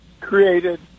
created